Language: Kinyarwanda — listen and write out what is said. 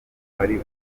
wari